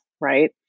right